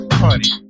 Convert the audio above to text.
honey